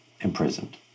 imprisoned